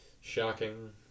Shocking